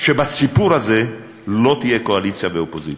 שבסיפור הזה לא יהיו קואליציה ואופוזיציה,